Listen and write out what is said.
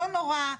לא נורא.